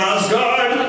Asgard